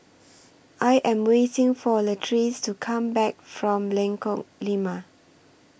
I Am waiting For Latrice to Come Back from Lengkong Lima